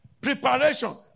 preparation